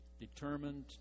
determined